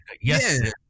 Yes